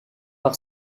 par